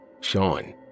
Sean